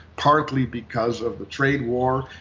partly because of the trade war,